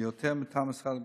ביותר מטעם משרד הבריאות,